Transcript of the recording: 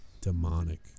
demonic